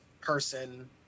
person